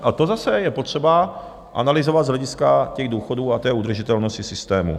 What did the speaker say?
A to zase je potřeba analyzovat z hlediska těch důchodů a udržitelnosti systému.